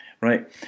right